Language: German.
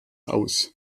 aus